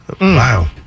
Wow